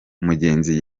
umugenzi